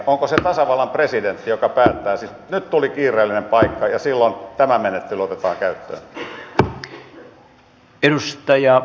onko se tasavallan presidentti joka päättää sitten että nyt tuli kiireellinen paikka ja silloin tämä menettely otetaan käyttöön